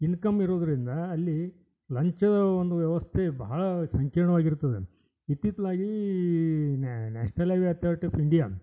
income ಇರುವುದರಿಂದ ಅಲ್ಲಿ ಲಂಚ ಒಂದು ವ್ಯವಸ್ಥೆ ಬಹಳ ಸಂಕೀರ್ಣವಾಗಿರ್ತದೆ ಇತ್ತಿತ್ಲಾಗೀ national highway authority of India